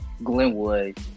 Glenwood